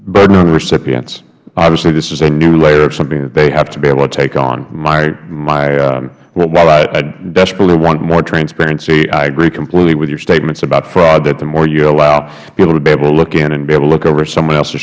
burden on recipients obviously this is a new layer of something that they have to be able to take on myh while i desperately want more transparency i agree completely with your statements about fraud that the more you allow people to be able to look in and be able to look over someone else